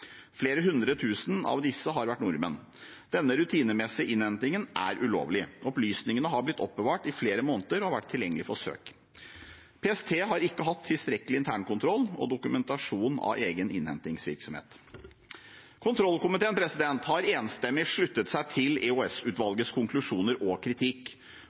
Flere hundretusen av disse har vært nordmenn. Denne rutinemessige innhentingen er ulovlig. Opplysningene har blitt oppbevart i flere måneder og har vært tilgjengelig for søk. PST har ikke hatt tilstrekkelig internkontroll og dokumentasjon av egen innhentingsvirksomhet. Kontrollkomiteen har enstemmig sluttet seg til EOS-utvalgets konklusjoner og kritikk